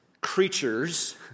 creatures